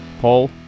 Paul